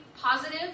positive